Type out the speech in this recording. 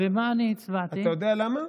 אתה יודע למה?